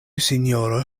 sinjoro